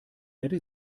erde